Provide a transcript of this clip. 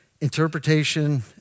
interpretation